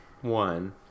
one